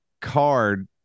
card